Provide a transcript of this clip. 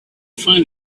find